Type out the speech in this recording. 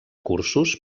cursos